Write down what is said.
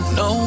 no